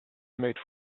made